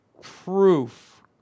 proof